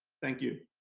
thank you.